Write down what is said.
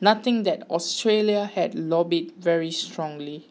noting that Australia had lobbied very strongly